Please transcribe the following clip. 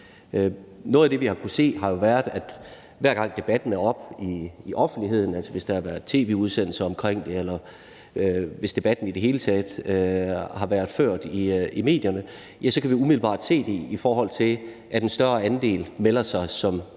Noget af det, vi har kunnet se, har jo været, at hver gang debatten er oppe i offentligheden – hvis der har været tv-udsendelser om det, eller hvis debatten i det hele taget har været ført i medierne – kan vi umiddelbart se det, ved at en større andel melder sig som organdonorer.